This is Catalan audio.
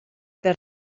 pernil